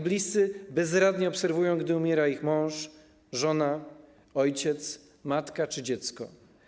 Bliscy bezradnie obserwują, jak umiera ich mąż, żona, ojciec, matka czy dziecko.